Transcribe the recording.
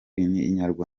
inyarwanda